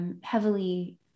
heavily